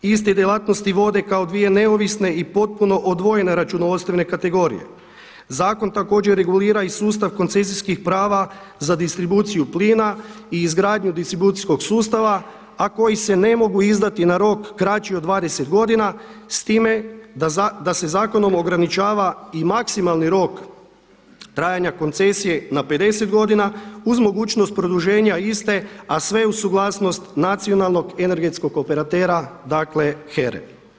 Iste djelatnosti vode kao dvije neovisne i potpuno odvojene računovodstvene kategorije, zakon također regulira i sustav koncesijskih prava za distribuciju plina i izgradnju distribucijskog sustava, a koji se ne mogu izdati na rok kraći od 20 godina s time da se zakonom ograničava i maksimalni rok trajanja koncesije na 50 godina uz mogućnost produženja iste, a sve uz suglasnost Nacionalnog energetskog operatera dakle HERA-e.